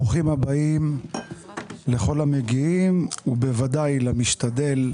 ברוכים הבאים לכל המגיעים ובוודאי למשתדל,